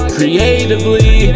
Creatively